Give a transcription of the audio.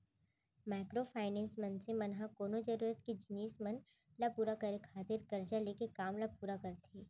micro finance, मनसे मन ह कोनो जरुरत के जिनिस मन ल पुरा करे खातिर करजा लेके काम ल पुरा करथे